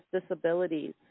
disabilities